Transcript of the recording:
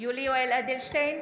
יולי יואל אדלשטיין,